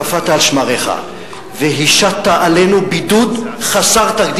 קפאת על שמריך והשתת עלינו בידוד חסר-תקדים,